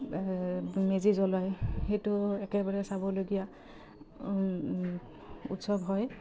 মেজি জ্বলায় সেইটো একেবাৰে চাবলগীয়া উৎসৱ হয়